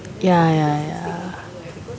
ya